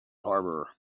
harbor